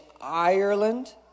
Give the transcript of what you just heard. Ireland